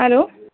hello